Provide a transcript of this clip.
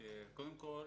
קודם כול,